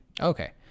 Okay